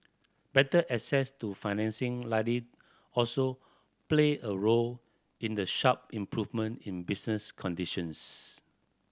better access to financing likely also played a role in the sharp improvement in business conditions